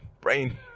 brain